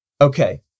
okay